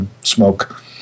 smoke